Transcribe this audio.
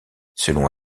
selon